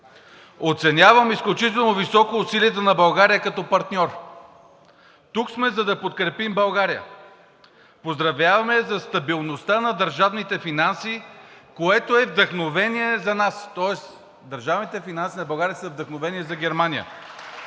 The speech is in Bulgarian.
„Оценявам изключително високо усилията на България като партньор. Тук сме, за да подкрепим България. Поздравяваме я за стабилността на държавните финанси, което е вдъхновение за нас.“ Тоест, държавните финанси на България са вдъхновение за Германия.